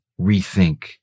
rethink